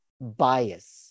bias